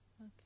Okay